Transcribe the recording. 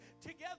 together